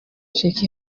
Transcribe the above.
sheikh